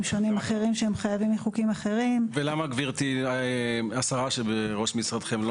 אחרים שחייבים מחוקים אחרים- -- ולמה השרה שבראש משרדכם לא